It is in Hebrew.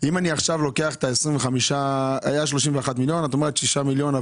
היו 31 מיליון ואת אומרת ש-6 מיליון הם